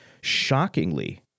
Shockingly